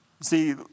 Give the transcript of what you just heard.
See